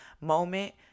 moment